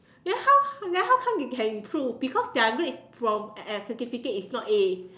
then how then how come they can improve because their grades from uh fifty six is not A